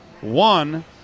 one